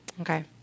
Okay